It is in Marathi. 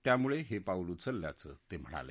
त्यामुळे हे पाऊल उचलल्याचं ते म्हणाले